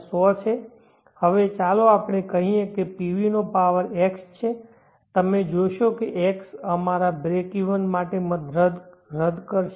100છે હવે ચાલો આપણે કહીએ કે PV નો પાવર x છે તમે જોશો કે x અમારા બ્રેકઇવન માટે રદ કરશે